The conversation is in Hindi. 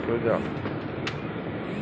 खसखस एक सुगंधित पौधा है